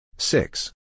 Six